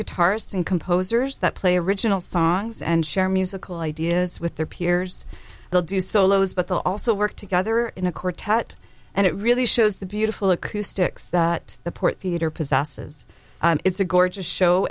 guitarists and composers that play original songs and share musical ideas with their peers they'll do solos but they'll also work together in a court tete and it really shows the beautiful acoustics that the port theatre possesses it's a gorgeous show